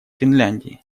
финляндии